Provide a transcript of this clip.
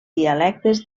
dialectes